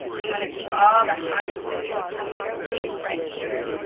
i'm going to keep all the hottest videos coming your way, right here.